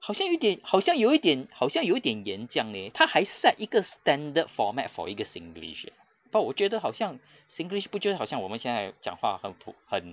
好像有一点好像有一点好像有一点严这样 leh 他还 set 一个 standard format for 一个 singlish eh but 我觉得好像 singlish 不觉得好像我们现在讲话很 po~ 很